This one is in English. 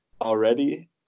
already